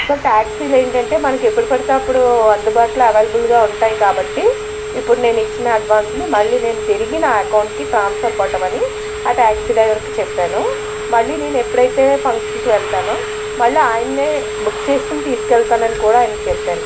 so టాక్సీలు ఏంటంటే మనకి ఎప్పుడు పడితే అప్పుడు అందుబాటులో అవైలబుల్గా ఉంటాయి కాబట్టి ఇప్పుడు నేను ఇచ్చిన అడ్వాన్స్ని మళ్ళీ నేను తిరిగి నా అకౌంట్కి ట్రాన్స్ఫర్ కొట్టమని ఆ టాక్సీ డ్రైవర్కి చెప్పాను మళ్ళీ నేను ఎప్పుడైతే ఫంక్షన్కి వెళతానో మళ్ళీ ఆయన్నే బుక్ చేసుకొని తీసుకెళతానని కూడా ఆయనకి చెప్పాను